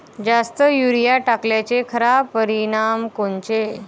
जास्त युरीया टाकल्याचे खराब परिनाम कोनचे?